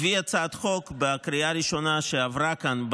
הביא הצעת חוק בקריאה ראשונה שעברה כאן,